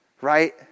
right